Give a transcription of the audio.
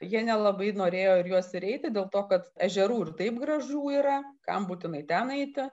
jie nelabai norėjo į juos ir eikia dėl to kad ežerų ir taip gražių yra kam būtinai ten eiti